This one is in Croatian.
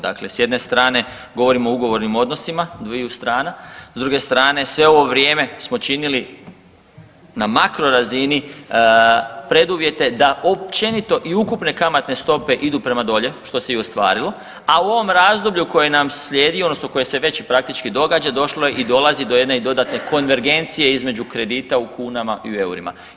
Dakle, s jedne strane govorimo o ugovornim odnosima dviju strana s druge strane sve ovo vrijeme smo činili na makro razini preduvjete da općenito i ukupne kamatne stope idu prema dolje, što se i ostvarilo, a u ovom razdoblju koje nam slijedi odnosno koje se već praktički i događa došlo je i dolazi do jedne dodatne konvergencije između kredita u kunama i u eurima.